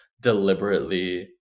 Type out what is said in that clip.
deliberately